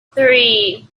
three